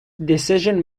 decision